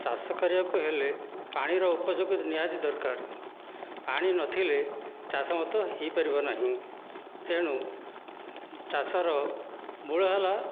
ଚାଷ କରିବାକୁ ହେଲେ ପାଣିର ଉପଯୋଗ ନିହାତି ଦରକାର ପାଣି ନଥିଲେ ଚାଷ ମଧ୍ୟ ହୋଇପାରିବ ନାହିଁ ତେଣୁ ଚାଷର ମୂଳ ହେଲା